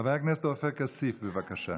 חבר הכנסת עופר כסיף, בבקשה.